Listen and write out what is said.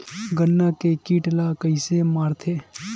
गन्ना के कीट ला कइसे मारथे?